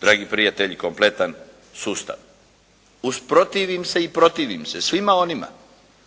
dragi prijatelji, kompletan sustav. Usprotivim se i protivim se svima onima